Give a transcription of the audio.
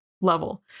level